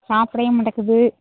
சாப்பிடவே மாட்டங்குது